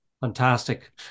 Fantastic